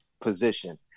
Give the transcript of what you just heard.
position